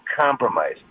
compromise